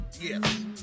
Yes